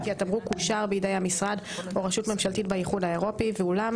כי התמרוק אושר בידי המשרד או רשות ממשלתית באיחוד האירופי; ואולם,